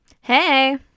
Hey